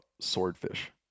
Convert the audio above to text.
swordfish